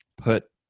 Put